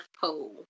Pole